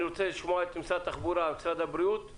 אני רוצה לשמוע את משרד התחבורה ואת משרד הבריאות.